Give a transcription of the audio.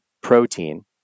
protein